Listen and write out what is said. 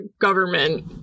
government